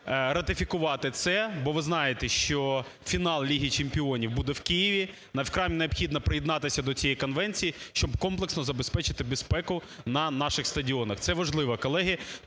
ратифікувати це, бо ви знаєте, що фінал Ліги чемпіонів буде в Києві, нам вкрай необхідно приєднатися до цієї конвенції, щоб комплексно забезпечити безпеку на наших стадіонах. Це важливо, колеги.